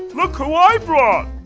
look who i brought!